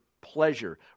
pleasure